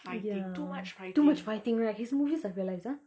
ya too much fighting right his movies I realized ah